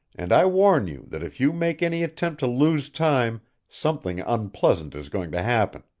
and i warn you that if you make any attempt to lose time something unpleasant is going to happen.